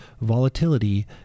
volatility